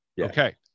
Okay